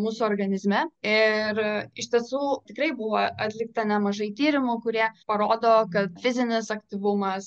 mūsų organizme ir iš tiesų tikrai buvo atlikta nemažai tyrimų kurie parodo kad fizinis aktyvumas